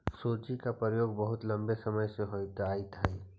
सूजी का प्रयोग बहुत लंबे समय से होइत आयित हई